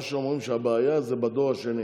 מה שאומרים הוא שהבעיה זה בדור השני.